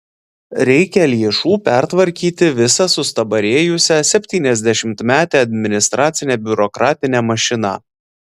reikia lėšų pertvarkyti visą sustabarėjusią septyniasdešimtmetę administracinę biurokratinę mašiną